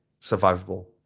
survivable